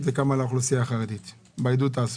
וכמה לאוכלוסייה החרדית בעידוד תעסוקה?